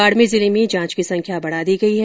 बाड़मेर जिले में जांच की संख्या बढ़ा दी गई है